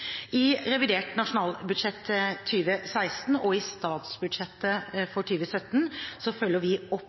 I revidert nasjonalbudsjett 2016 og i statsbudsjettet for 2017 følger vi opp